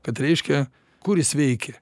kad reiškia kur jis veikė